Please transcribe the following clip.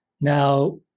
now